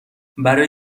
برای